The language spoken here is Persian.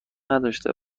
نداشته